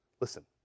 listen